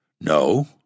No